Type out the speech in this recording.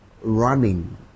running